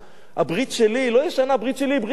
הברית שלי היא לא ישנה, הברית שלי היא ברית לעולם,